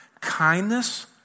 kindness